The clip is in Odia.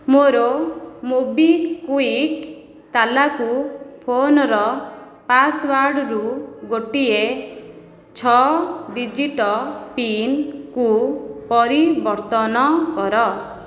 ମୋର ମୋବିକ୍ଵିକ୍ ତାଲାକୁ ଫୋନ୍ର ପାସ୍ୱାର୍ଡ୍ରୁ ଗୋଟିଏ ଛଅ ଡିଜିଟ୍ ପିନ୍କୁ ପରିବର୍ତ୍ତନ କର